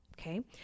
okay